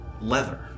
leather